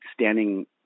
standing